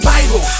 Bible